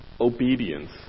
Obedience